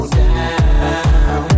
down